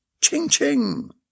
Ching-ching